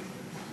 בבקשה,